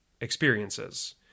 experiences